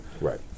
Right